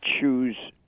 choose